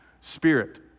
Spirit